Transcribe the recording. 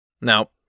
Now